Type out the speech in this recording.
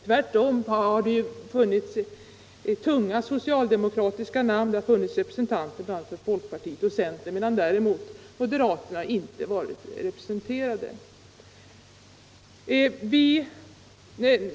Tvärtom har i utredningen funnits tunga socialdemokratiska namn, det har funnits representanter för folkpartiet och centern medan däremot moderaterna inte varit representerade.